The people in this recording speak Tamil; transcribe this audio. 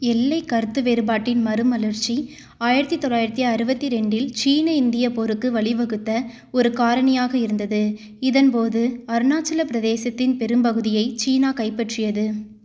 எல்லை கருத்து வேறுபாட்டின் மறுமலர்ச்சி ஆயிரத்தி தொள்ளாயிரத்தி அறுபத்தி ரெண்டில் சீன இந்திய போருக்கு வழிவகுத்த ஒரு காரணியாக இருந்தது இதன் போது அருணாச்சல பிரதேசத்தின் பெரும்பகுதியை சீனா கைப்பற்றியது